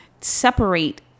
separate